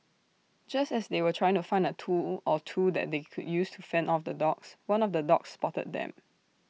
just as they were trying to find A tool or two that they could use to fend off the dogs one of the dogs spotted them